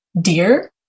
dear